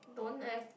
don't have